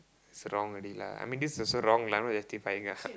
is wrong already lah I mean this is also wrong lah I'm not justifying ah